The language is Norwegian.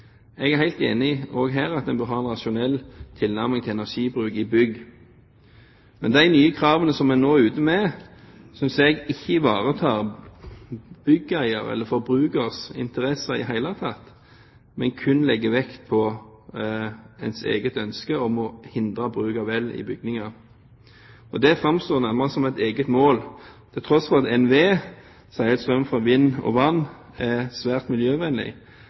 Jeg er helt enig i også her at en bør ha en rasjonell tilnærming til energibruk i bygg. Men de nye kravene som en nå er ute med, synes jeg ikke ivaretar byggeiers eller forbrukers interesse i det hele tatt, men legger kun vekt på ens eget ønske om å hindre bruk av el i bygninger. Det framstår nærmest som et eget mål, til tross for at NVE sier at strøm fra vind og vann er svært miljøvennlig,